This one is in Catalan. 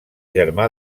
germà